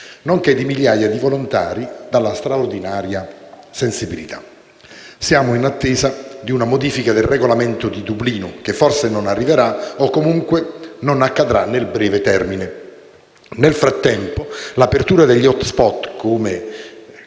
nonché di migliaia di volontari dalla straordinaria sensibilità. Siamo in attesa di una modifica del Regolamento di Dublino, che forse non arriverà o comunque non accadrà nel breve termine; nel frattempo, l'apertura degli *hotspot*, così come